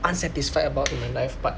unsatisfied in my life but